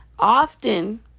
Often